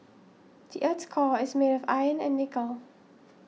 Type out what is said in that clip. the earth's core is made of iron and nickel